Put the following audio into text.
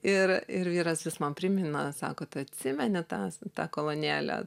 ir ir vyras vis man primena sako tu atsimeni tą tą kolonėlę